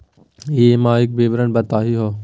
EMI के विवरण बताही हो?